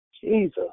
jesus